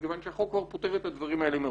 מכיוון שהחוק כבר פותר את הדברים האלה מראש,